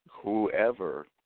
Whoever